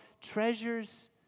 treasures